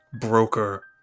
broker